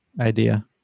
idea